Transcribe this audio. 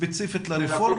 מלקות